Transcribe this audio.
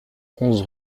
onze